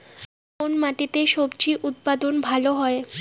কোন মাটিতে স্বজি উৎপাদন ভালো হয়?